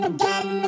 Again